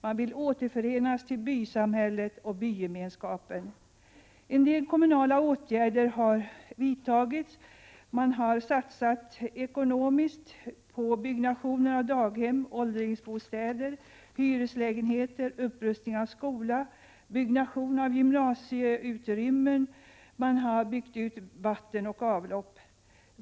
Man vill återförenas med bysamhället och bygemenskapen. En del kommunala åtgärder har vidtagits. Man har satsat pengar på att bygga daghem, åldringsbostäder och hyreslägenheter och på en upprustning av skolan. Man har satsat på iordningställande av utrymmen för gymnastik samt på utbyggnad av vatten och avlopp.